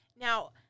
Now